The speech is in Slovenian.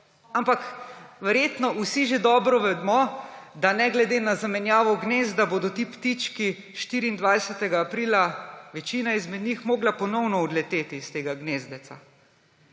ampak verjetno vsi že dobro vemo, da bodo ne glede na zamenjavo gnezda ti ptički 24. aprila, večina izmed njih, morali ponovno odleteti iz tega gnezdeca.